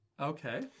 Okay